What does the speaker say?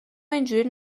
اینجوری